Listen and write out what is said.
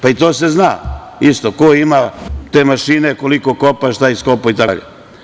Pa, i to se zna isto, ko ima te mašine, koliko kopa, šta iskopa itd.